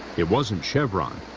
it wasn't chevron,